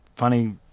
funny